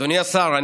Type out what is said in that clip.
אדוני השר,